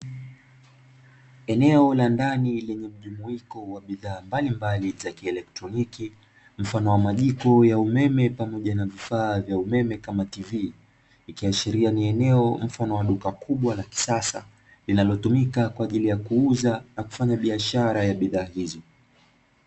Eneo la ndani lenye mjumuiko wa bidhaa mbalimbali za kielotroniki, mfano wa majiko ya umeme pamoja na vifaa vya umeme kama tivi, ikiashiria ni eneo mfano wa duka kubwa la kisasa linalotumika kwa ajili ya kuuza na kufanya biashara ya bidhaa hizo.